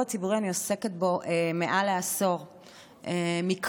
הציבורי אני עוסקת מעל לעשור מקרוב,